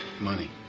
Money